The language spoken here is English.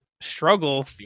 struggle